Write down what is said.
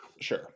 Sure